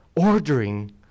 ordering